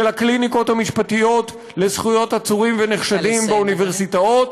של הקליניקות המשפטיות לזכויות עצורים ונחשדים באוניברסיטאות,